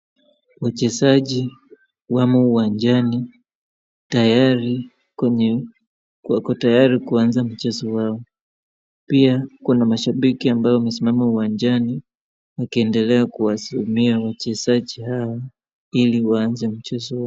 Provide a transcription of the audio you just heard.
Wachezaji wamo uwanjani tayari kuanza michezo wao. Pia kuna mashabiki ambao wamesimama uwanjani wakiendelea kuwasumia wachezaji hawa ili waanze mchezo wao.